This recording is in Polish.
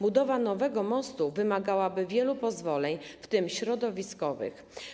Budowa nowego mostu wymagałaby wielu pozwoleń, w tym środowiskowych.